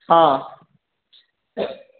ହଁ